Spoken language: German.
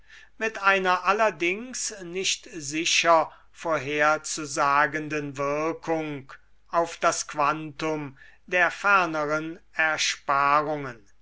mit einer allerdings nicht sicher vorherzusagenden wirkung auf das quantum der ferneren ersparungen